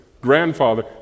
grandfather